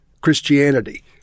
Christianity